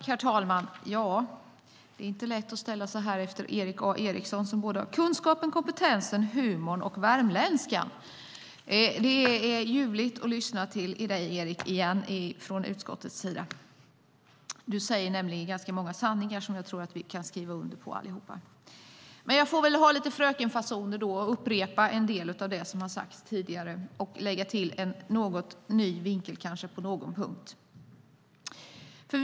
Herr talman! Det är inte lätt att ställa sig i talarstolen efter Erik A Eriksson som har både kunskapen, kompetensen, humorn och värmländskan. Det är ljuvligt att igen lyssna till dig Erik från utskottets sida. Du säger nämligen ganska många sanningar som jag tror att vi allihop kan skriva under på. Jag får ha lite frökenfasoner och upprepa en del av det som har sagts tidigare och kanske lägga till en något ny vinkel på någon punkt.